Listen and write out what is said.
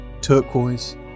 turquoise